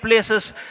places